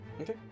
Okay